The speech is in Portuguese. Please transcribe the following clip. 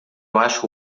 acho